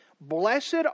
blessed